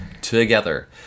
together